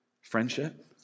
friendship